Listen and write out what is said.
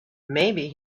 maybe